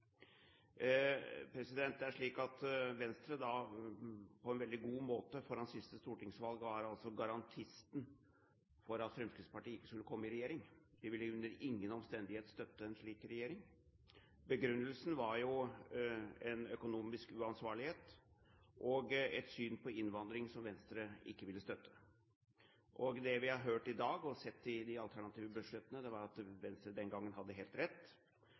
Det er slik at Venstre på en veldig god måte foran siste stortingsvalg var garantisten for at Fremskrittspartiet ikke skulle komme i regjering. De ville under ingen omstendighet støtte en slik regjering. Begrunnelsen var en økonomisk uansvarlighet og et syn på innvandring som Venstre ikke ville støtte. Det vi har hørt i dag, og som vi har sett i de alternative budsjettene, var at Venstre den gangen hadde helt rett.